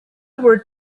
were